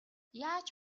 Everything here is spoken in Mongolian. яаж